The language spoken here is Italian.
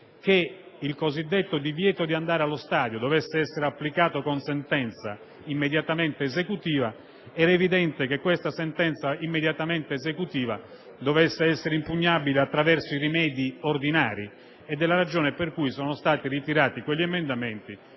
che il cosiddetto divieto di andare allo stadio dovesse essere applicato con sentenza immediatamente esecutiva era evidente che questa dovesse essere impugnabile attraverso i rimedi ordinari; è questa la ragione per cui sono stati ritirati quegli emendamenti